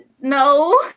no